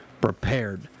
prepared